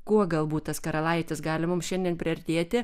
kuo galbūt tas karalaitis gali mums šiandien priartėti